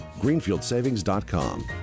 Greenfieldsavings.com